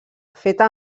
feta